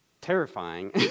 terrifying